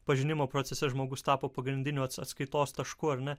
pažinimo procese žmogus tapo pagrindiniu atskaitos tašku ar ne